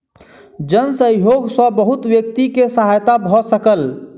जन सहयोग सॅ बहुत व्यक्ति के सहायता भ सकल